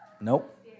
Nope